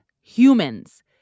humans